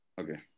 okay